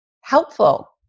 helpful